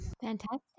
fantastic